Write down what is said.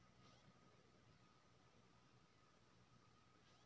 अपन लोन के बारे मे देखै लय कोनो ऑनलाइन र्पोटल छै?